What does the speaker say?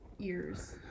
ears